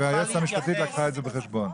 והיועצת המשפטית לקחה את זה בחשבון.